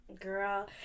girl